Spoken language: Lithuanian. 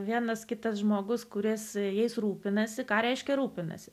vienas kitas žmogus kuris jais rūpinasi ką reiškia rūpinasi